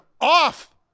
off